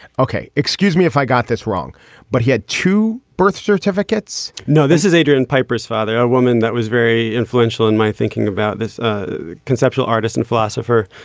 ok excuse me if i got this wrong but he had to birth certificates no this is adrian piper's father a woman that was very influential in my thinking about this conceptual artist and philosopher.